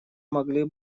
могли